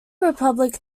republic